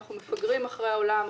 אנחנו מפגרים אחרי העולם,